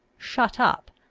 shut up,